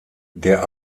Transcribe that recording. der